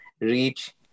reach